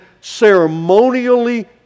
ceremonially